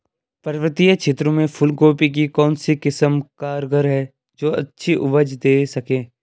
पर्वतीय क्षेत्रों में फूल गोभी की कौन सी किस्म कारगर है जो अच्छी उपज दें सके?